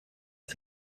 and